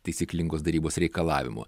taisyklingos darybos reikalavimų